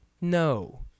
No